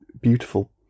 beautiful